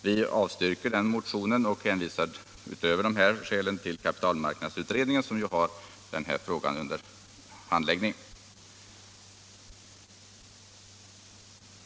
Vi avstyrker motionen och hänvisar dessutom till kapitalmarknadsutredningens arbete.